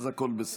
אז הכול בסדר.